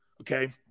Okay